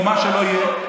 או מה שלא יהיה,